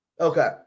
Okay